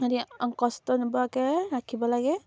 সিহঁতি কষ্ট নোপোৱাকে ৰাখিব লাগে